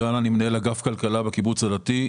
מנהל אגף כלכלה בקיבוץ הדתי.